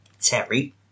Terry